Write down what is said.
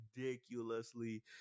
ridiculously